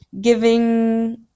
giving